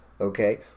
okay